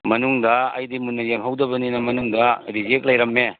ꯃꯅꯨꯡꯗ ꯑꯩꯗꯤ ꯃꯨꯟꯅ ꯌꯦꯡꯍꯧꯗꯕꯅꯤꯅ ꯃꯅꯨꯡꯗ ꯔꯤꯖꯦꯛ ꯂꯩꯔꯝꯃꯦ